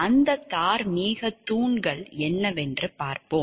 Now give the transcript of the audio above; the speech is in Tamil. அந்த தார்மீக தூண்கள் என்னவென்று பார்ப்போம்